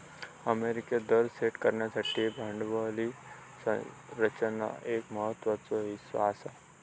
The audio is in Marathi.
अमेरिकेत दर सेट करण्यासाठी भांडवली संरचना एक महत्त्वाचो हीस्सा आसा